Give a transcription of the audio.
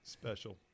Special